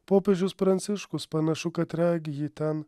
popiežius pranciškus panašu kad regi jį ten